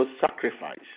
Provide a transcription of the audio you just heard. sacrifice